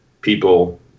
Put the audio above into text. people